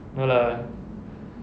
no lah